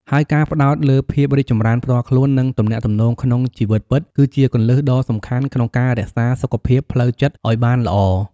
ហើយការផ្តោតលើភាពរីកចម្រើនផ្ទាល់ខ្លួន និងទំនាក់ទំនងក្នុងជីវិតពិត គឺជាគន្លឹះដ៏សំខាន់ក្នុងការរក្សាសុខភាពផ្លូវចិត្តឱ្យបានល្អ។